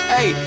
Hey